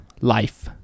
life